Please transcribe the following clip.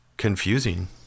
Confusing